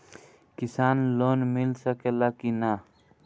किसान लोन मिल सकेला कि न?